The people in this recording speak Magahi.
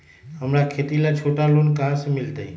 हमरा खेती ला छोटा लोने कहाँ से मिलतै?